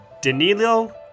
Danilo